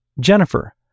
Jennifer